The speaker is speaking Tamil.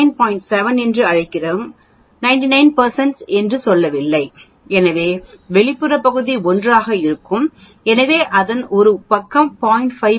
7 என்று நாங்கள் 99 என்று சொல்லவில்லை எனவே வெளிப்புற பகுதி 1 ஆக இருக்கும் எனவே அதன் ஒரு பக்கம் 0